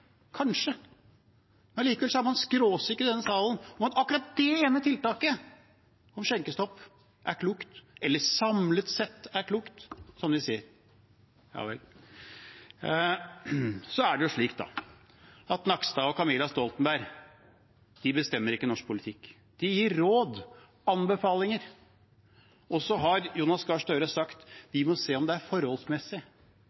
Allikevel er man i denne salen skråsikker på at akkurat det ene tiltaket med skjenkestopp er klokt, eller samlet sett er klokt, som man sier. Ja vel. Så er det slik at Espen Nakstad og Camilla Stoltenberg ikke bestemmer norsk politikk. De gir råd og anbefalinger. Så har Jonas Gahr Støre sagt